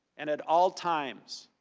and, at all times,